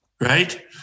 right